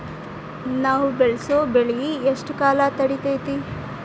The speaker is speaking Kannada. ನಾವು ಬೆಳಸೋ ಬೆಳಿ ಎಷ್ಟು ಕಾಲ ತಡೇತೇತಿ?